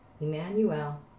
Emmanuel